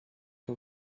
her